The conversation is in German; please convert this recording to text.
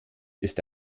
ist